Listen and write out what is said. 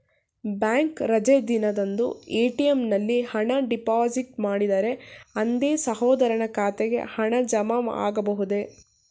Bank ರಜೆ ದಿನದಂದು ATM ನಲ್ಲಿ ಹಣ ಡಿಪಾಸಿಟ್ ಮಾಡಿದರೆ ಅಂದೇ ಸಹೋದರನ ಖಾತೆಗೆ ಹಣ ಜಮಾ ಆಗಬಹುದೇ?